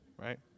right